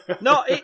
No